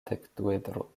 dekduedro